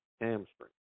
hamstring